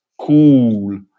Cool